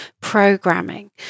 programming